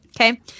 okay